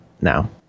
now